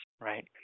right